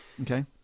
okay